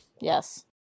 Yes